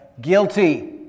guilty